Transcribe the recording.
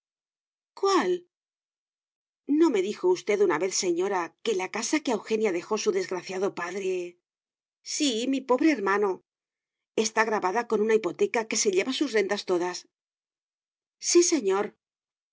no me dijo usted una vez señora que la casa que a eugenia dejó su desgraciado padre sí mi pobre hermano está gravada con una hipoteca que se lleva sus rentas todas sí señor